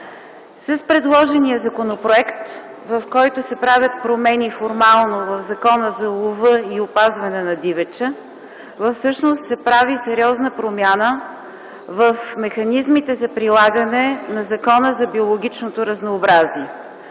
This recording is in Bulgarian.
С предложения законопроект, в който се правят промени формално в Закона за лова и опазване на дивеча, всъщност се прави сериозна промяна в механизмите за прилагане на Закона за биологичното разнообразие,